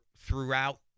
throughout